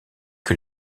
que